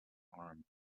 arm